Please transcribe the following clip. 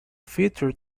featured